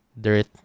dirt